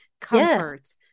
comfort